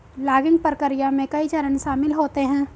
logging प्रक्रिया में कई चरण शामिल होते है